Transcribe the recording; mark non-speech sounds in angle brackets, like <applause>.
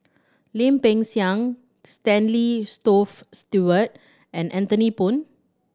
Lim Peng Siang Stanley <unintelligible> Stewart and Anthony Poon